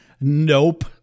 Nope